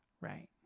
Right